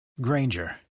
Granger